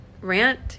rant